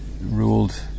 ruled